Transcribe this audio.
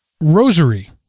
Rosary